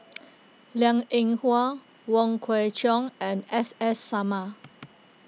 Liang Eng Hwa Wong Kwei Cheong and S S Sarma